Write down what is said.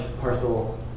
parcel